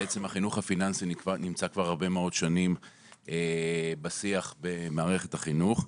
בעצם החינוך הפיננסי נמצא כבר הרבה מאוד שנים בשיח במערכת החינוך.